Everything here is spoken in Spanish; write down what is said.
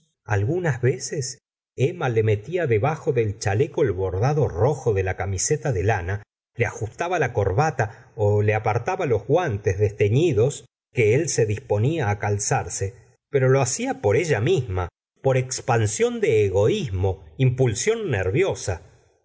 algunas veces emma le metía debajo del chaleco el bordado rojo de la camiseta de lana le ajustaba la corbata le apartaba los guantes desteñidos que el se disponía calzarse pero lo hacia por ella misma por espansión de egoismo impulsión nerviosa